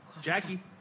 Jackie